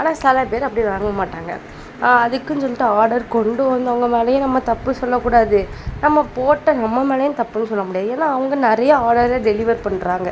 ஆனால் சில பேர் அப்படி வாங்க மாட்டாங்கள் அதுக்குன்னு சொல்லிட்டு ஆடர் கொண்டு வந்தவங்கள் மேலேயே நம்ம தப்பு சொல்லக் கூடாது நம்ம போட்ட நம்ம மேலேயும் தப்புன்னு சொல்ல முடியாது ஏன்னா அவங்க நிறைய ஆடரை டெலிவர் பண்ணுறாங்க